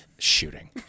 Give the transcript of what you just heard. shooting